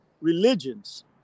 religions